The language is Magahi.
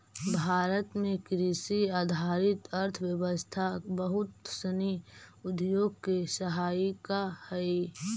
भारत में कृषि आधारित अर्थव्यवस्था बहुत सनी उद्योग के सहायिका हइ